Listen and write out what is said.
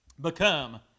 become